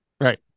Right